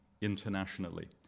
internationally